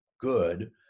good